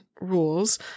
rules